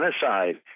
genocide